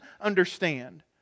understand